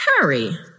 hurry